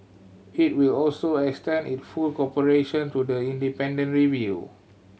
it will also extend it full cooperation to the independent review